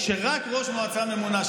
מאז קום המדינה.